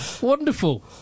Wonderful